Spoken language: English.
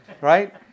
right